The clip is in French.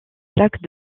plaques